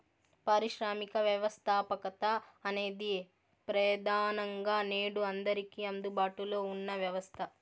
పారిశ్రామిక వ్యవస్థాపకత అనేది ప్రెదానంగా నేడు అందరికీ అందుబాటులో ఉన్న వ్యవస్థ